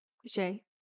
Cliche